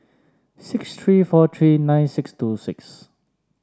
six three four three nine six two six